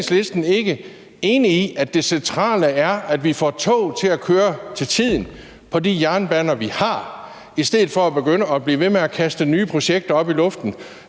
er Enhedslisten ikke enig i, at det centrale er, at vi får tog til at køre til tiden på de jernbaner, vi har, i stedet for at blive ved med at kaste nye projekter op i luften,